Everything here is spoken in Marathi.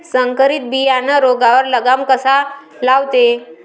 संकरीत बियानं रोगावर लगाम कसा लावते?